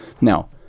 Now